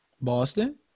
Boston